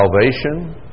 salvation